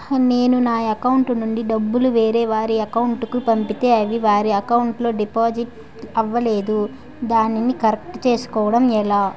నేను నా అకౌంట్ నుండి డబ్బు వేరే వారి అకౌంట్ కు పంపితే అవి వారి అకౌంట్ లొ డిపాజిట్ అవలేదు దానిని కరెక్ట్ చేసుకోవడం ఎలా?